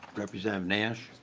representative nash.